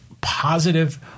positive